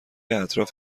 اطراف